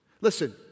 Listen